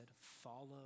follow